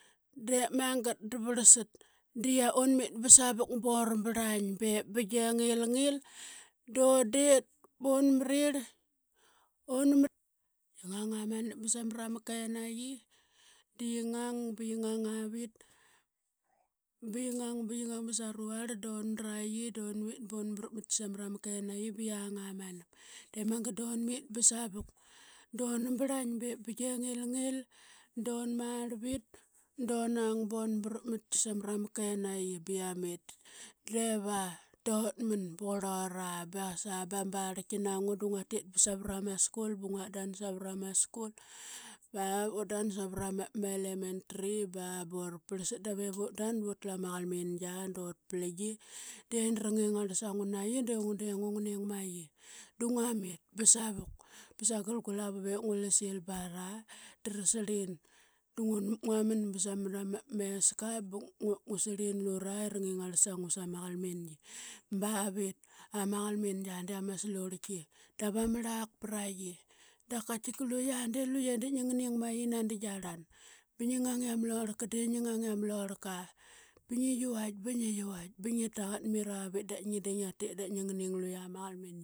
Dep magat da varlsat un mit ba savet ba ura barlaing ba ip bigia i ngilngil dun det ba un mrir. Qi ngang amanap ba samra ma kenai da qi ngang ba qi ngang avit ba qi ngang, ba ngang ba sanuarl da un dra qi dun mit ba un brap matki samra ma kenaqi ba qiang amanap. Dep magat dun mit ba savuk duna brlaing bep bigia i ngil ngil da un marlvit dun nang ba un brap matki samra ma kenaqi ba qa mit. Beva dut man ba qurlura ba qasa ma barlki na ngua di ngua tit ba savara ma skul ba nguatdan savara ma skul ba utdan savara ma elementry ba bura parlsat. Davip utdan i utla ma qakmingia dut plingi den da ra ngingarl sa ngua na qi de ngua de nguning ma qi da ngua mit ba savuk ba sagal gulavu. Bep i ngulsil ba na da era rarlin da ngua manba samana ma esk ba ngua, ngu sirlin lura i ra lura ngingarl sa ngua ma qalmingi bavit ama qalmingia di ama slurlki dav ama rlak pra qi. Dap kaitika luqa de luqe dep ngingnign ma qi nanda gia rlan ba ngi ngang i ama lorlka de ngi ngang i ama lorlka, ba ngigi vaitk, ba ngi qi vaitk ba ngi tagatmiravit da ngi de ngia tit da ngingning luqa ma qalmingi.